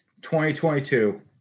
2022